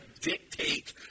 dictate